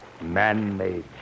man-made